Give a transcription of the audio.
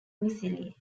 missile